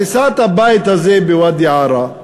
הריסת הבית הזה בוואדי-עארה,